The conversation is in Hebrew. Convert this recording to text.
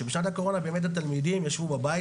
שבשנת הקורונה באמת התלמידים ישבו בבית